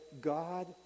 God